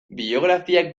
biografiak